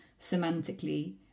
semantically